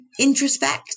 introspect